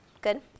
Good